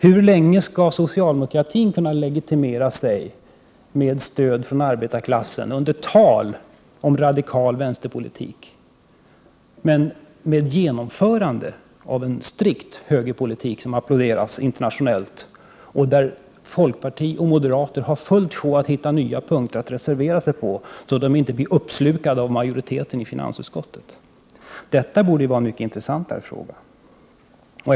Hur länge skall socialdemokratin kunna legitimera sig med stöd från arbetarklassen under tal om radikal vänsterpolitik men med genomförande av en strikt högerpolitik, som applåderas internationellt och där folkpartiet och moderaterna har fullt sjå att hitta punkter på vilka de kan reservera sig, så att de inte blir uppslukade av majoriteten i finansutskottet? Detta borde vara en mycket intressantare fråga än den som gäller mig personligen.